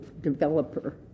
developer